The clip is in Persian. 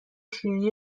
شیرینی